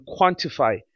quantify